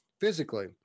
physically